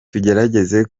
tugerageza